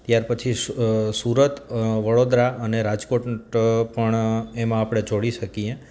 ત્યારપછી સુરત વડોદરા અને રાજકોટ પણ એમાં આપણે જોડી શકીએ